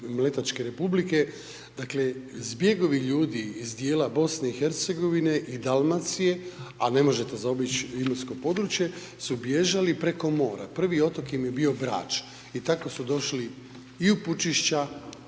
Mletačke Republike, dakle, zbjegovi ljudi iz dijela Bosne i Hercegovine, i Dalmacije, a ne možete zaobići Imotsko područje, su bježali preko mora. Prvi otok im je bio Brač, i tako su došli i u Pučišća,